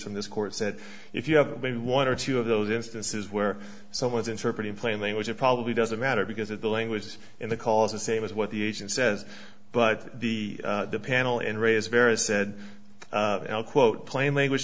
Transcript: from this court said if you have maybe one or two of those instances where someone's interpret in plain language it probably doesn't matter because of the languages in the cause the same as what the agent says but the panel and raise various said quote plain language